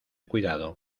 cuidado